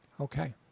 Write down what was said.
Okay